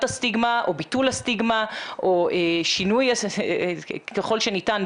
או ביטול הסטיגמה או שינוי ככל שניתן,